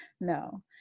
no